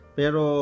pero